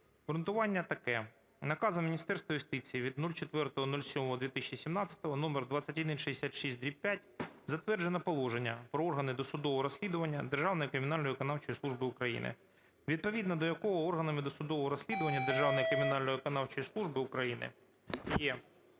Обґрунтування таке. Наказом Міністерства юстиції від 04.07.2017 №2166/5 затверджено Положення про органи досудового розслідування Державної кримінально-виконавчої служби України, відповідно до якого органами досудового розслідування Державної кримінально-виконавчої служби України є: